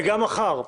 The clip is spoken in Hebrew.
וגם מחר.